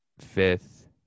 fifth